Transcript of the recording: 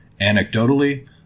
anecdotally